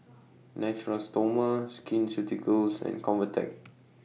Natura Stoma Skin Ceuticals and Convatec